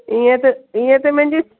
इअं त इअं त मुंहिंजी